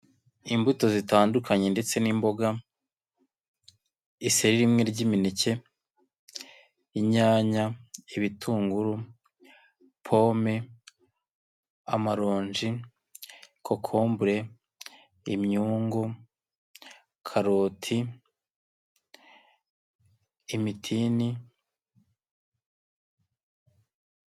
Imbuto zitandukanye ndetse n'imboga, iseri rimwe ry'imineke, inyanya, ibitunguru, pome, amaronji, kokombure, imyungu, karoti, imitini.